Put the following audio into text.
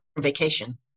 vacation